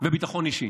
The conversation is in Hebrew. וביטחון אישי,